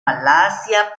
malasia